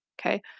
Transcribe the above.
Okay